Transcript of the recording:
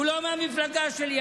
הוא לא מהמפלגה שלי,